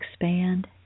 expand